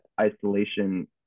isolation